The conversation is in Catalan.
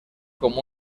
com